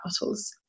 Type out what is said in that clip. bottles